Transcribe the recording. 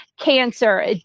cancer